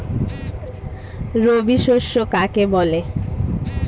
রবি শস্য কাকে বলে?